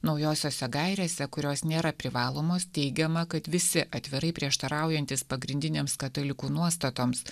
naujosiose gairėse kurios nėra privalomos teigiama kad visi atvirai prieštaraujantys pagrindinėms katalikų nuostatoms